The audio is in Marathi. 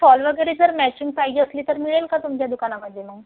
फॉल वगैरे जर मॅचिंग पाहिजे असली तर मिळेल का तुमच्या दुकानामध्ये मग